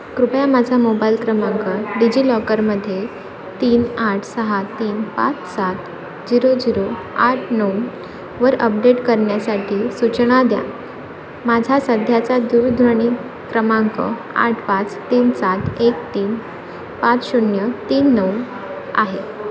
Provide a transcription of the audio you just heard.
कृपया माझा मोबाईल क्रमांक डिजि लॉकरमध्ये तीन आठ सहा तीन पाच सात झिरो झिरो आठ नऊ वर अपडेट करण्यासाठी सूचना द्या माझा सध्याचा दूरध्वनी क्रमांक आठ पाच तीन सात एक तीन पाच शून्य तीन नऊ आहे